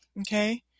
Okay